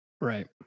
Right